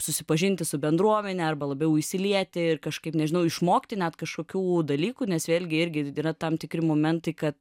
susipažinti su bendruomene arba labiau įsilieti ir kažkaip nežinau išmokti net kažkokių dalykų nes vėlgi irgi yra tam tikri momentai kad